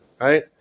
Right